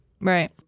Right